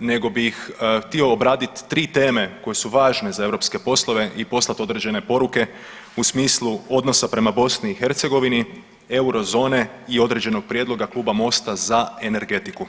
nego bih htio obraditi 3 teme koje su važne za europske poslove i poslati određene poruke u smislu odnosa prema Bosni i Hercegovini, eurozone i određenog prijedloga Kluba Mosta za energetiku.